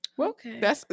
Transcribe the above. okay